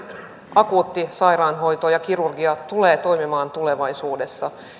akuutti sairaanhoito ja kirurgia tulevat toimimaan tulevaisuudessa